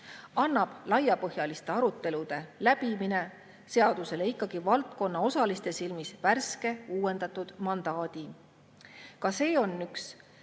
annab laiapõhjaliste arutelude läbimine seadusele ikkagi valdkonna osaliste silmis värske, uuendatud mandaadi. Ka see on üks